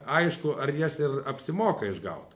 aišku ar jas ir apsimoka išgaut